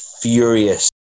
furious